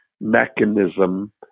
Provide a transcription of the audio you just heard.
mechanism